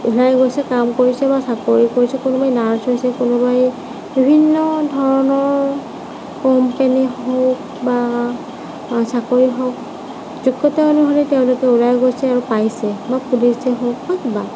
বেছি কাম কৰিছে চাকৰি কৰিছে কোনোবাই নাৰ্চ হৈছে কোনোবাই বিভিন্ন ধৰণৰ কোম্পেনীত হওঁক বা চাকৰি হওঁক যোগ্য়তা অনুসৰি তেওঁলোকে পাইছে